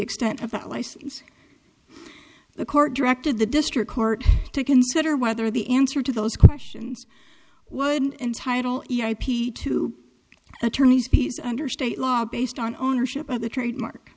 extent of that license the court directed the district court to consider whether the answer to those questions would entitle two attorneys peace under state law based on ownership of the trademark